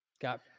got